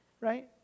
right